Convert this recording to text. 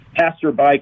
passerby